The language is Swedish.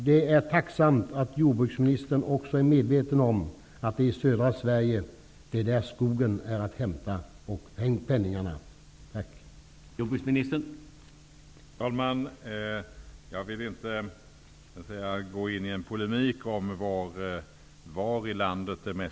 Det är tacksamt att jordbruksministern är medveten om att det är i södra Sverige som skogen och penningarna är att hämta.